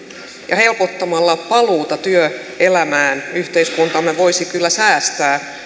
ja helpottamalla paluuta työelämään yhteiskuntamme voisi kyllä säästää